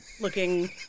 looking